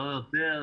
לא יותר,